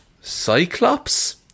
Cyclops